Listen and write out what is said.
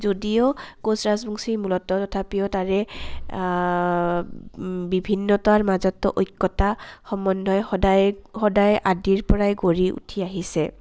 যদিও কোচ ৰাজবংশী মূলতঃ তথাপিও তাৰে বিভিন্নতাৰ মাজতো ঐক্যতা সম্বন্ধই সদায় সদায় আদিৰ পৰাই গঢ়ি উঠি আহিছে